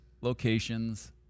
locations